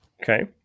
Okay